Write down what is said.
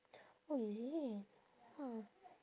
oh is it !wah!